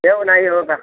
नहीं होगा